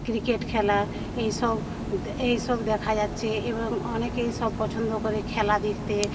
cricket খেলা এইসব এইসব দেখা যাচ্ছে এবং অনেকেই সব পছন্দ করে খেলা দেখতে